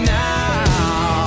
now